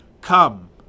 Come